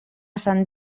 sant